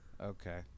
Okay